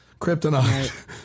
Kryptonite